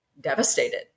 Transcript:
devastated